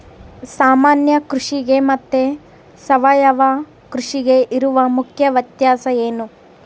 ಸಾಮಾನ್ಯ ಕೃಷಿಗೆ ಮತ್ತೆ ಸಾವಯವ ಕೃಷಿಗೆ ಇರುವ ಮುಖ್ಯ ವ್ಯತ್ಯಾಸ ಏನು?